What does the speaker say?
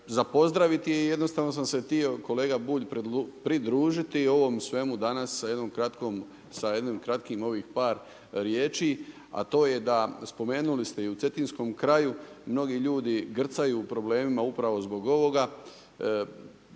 Za pozdraviti je i jednostavno sam se htio kolega Bulj, pridružiti ovom svemu danas sa jednim kratkim par riječi, a to je da, spomenuli ste i u cetinskom kraju, mnogi ljudi grcaju u problemima upravo zbog ovoga.